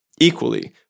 equally